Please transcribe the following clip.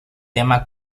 tema